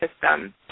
system